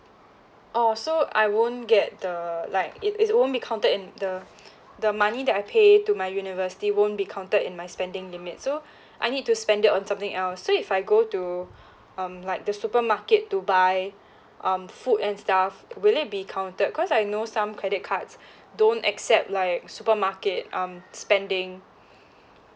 oh so I won't get the like it it won't be counted in the the money that I pay to my university won't be counted in my spending limit so I need to spend it on something else so if I go to um like the supermarket to buy um food and stuff will it be counted cause I know some credit cards don't accept like supermarket um spending